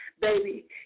baby